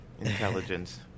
intelligence